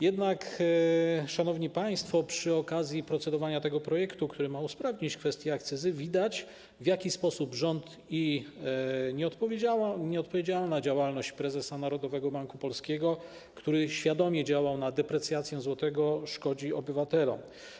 Jednak, szanowni państwo, przy okazji procedowania nad tym projektem, który ma usprawnić kwestię akcyzy, widać, w jaki sposób rząd i nieodpowiedzialna działalność prezesa Narodowego Banku Polskiego, który świadomie działa na rzecz deprecjacji złotego, szkodzą obywatelom.